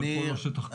אבל פה לא שטח כבוש.